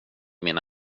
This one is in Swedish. mina